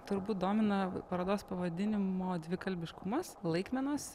turbūt dominavo parodos pavadinimo dvikalbiškumas laikmenos